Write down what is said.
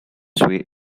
way